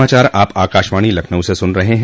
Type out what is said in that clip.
यह समाचार आप आकाशवाणी लखनऊ से सुन रहे हैं